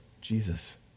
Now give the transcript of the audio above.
Jesus